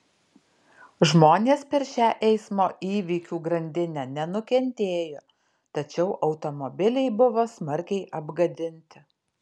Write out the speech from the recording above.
žmonės per šią eismo įvykių grandinę nenukentėjo tačiau automobiliai buvo smarkiai apgadinti